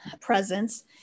presence